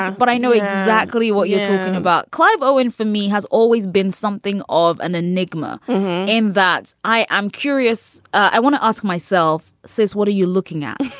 but i know exactly what you're talking about. clive owen for me has always been something of an enigma in that i am curious. i want to ask myself, says, what are you looking at?